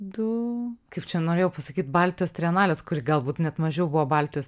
du kaip čia norėjau pasakyt baltijos trienalės kuri galbūt net mažiau buvo baltijos